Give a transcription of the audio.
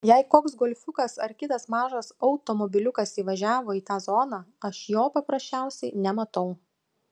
jei koks golfiukas ar kitas mažas automobiliukas įvažiavo į tą zoną aš jo paprasčiausiai nematau